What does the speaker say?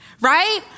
right